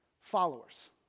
followers